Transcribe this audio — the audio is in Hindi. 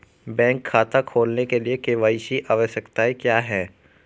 बैंक खाता खोलने के लिए के.वाई.सी आवश्यकताएं क्या हैं?